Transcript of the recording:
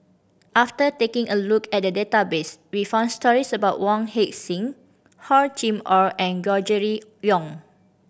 after taking a look at the database we found stories about Wong Heck Sing Hor Chim Or and Gregory Yong